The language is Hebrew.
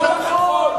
לא נכון,